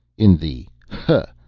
in the hah!